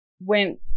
went